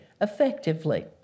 effectively